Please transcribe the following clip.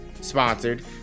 sponsored